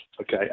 Okay